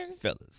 Fellas